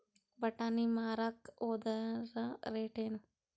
ಬಟಾನಿ ಮಾರಾಕ್ ಹೋದರ ರೇಟೇನು?